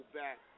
back